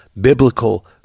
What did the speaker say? biblical